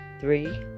three